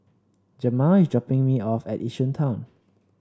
Jamaal is dropping me off at Yishun Town